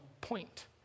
point